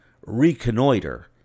reconnoiter